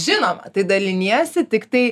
žinoma tai daliniesi tiktai